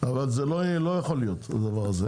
אבל זה לא יכול להיות, הדבר הזה.